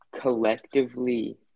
collectively